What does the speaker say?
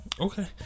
okay